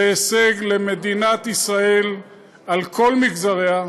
זה הישג למדינת ישראל על כל מגזריה,